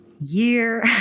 year